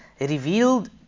revealed